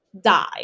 die